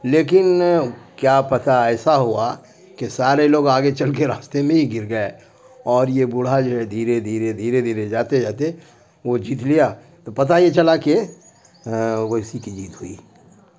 لیکن کیا پتا ایسا ہوا کہ سارے لوگ آگے چل کے راستے میں ہی گر گئے اور یہ بوڑھا جو ہے دھیرے دھیرے دھیرے دھیرے جاتے جاتے وہ جیت لیا تو پتا یہ چلا کہ وہ اسی کی جیت ہوئی